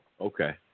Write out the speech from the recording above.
Okay